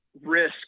risk